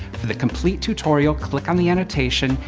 for the complete tutorial, click on the annotation,